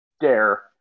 dare